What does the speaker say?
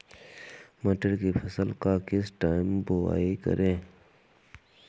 मटर की फसल का किस टाइम बुवाई करें?